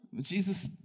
Jesus